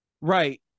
Right